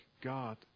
God